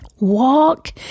Walk